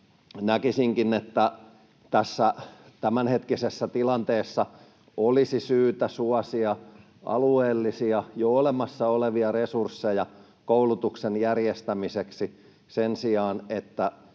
Näkisinkin, että tässä tämänhetkisessä tilanteessa olisi syytä suosia alueellisia jo olemassa olevia resursseja koulutuksen järjestämiseksi sen sijaan, että